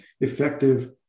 effective